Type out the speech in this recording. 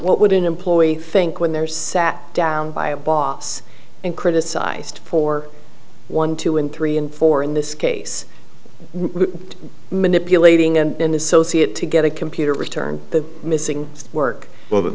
what would an employee think when they're sat down by a boss and criticized for one two and three and four in this case manipulating and associate to get a computer returned the missing work